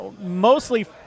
mostly